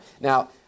Now